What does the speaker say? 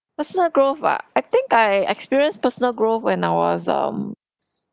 personal growth ah I think I experienced personal growth when I was um